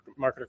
marketer